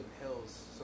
Hills